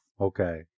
Okay